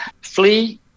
Flee